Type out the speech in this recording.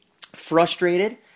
frustrated